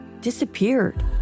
disappeared